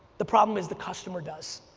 the problem is the customer does.